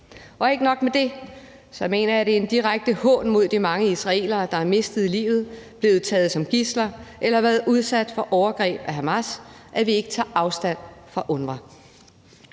Ikke nok med det mener jeg, at det er en direkte hån mod de mange israelere, der har mistet livet, er blevet taget som gidsler eller har været udsat for overgreb af Hamas, at vi ikke tager afstand fra UNRWA.